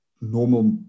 normal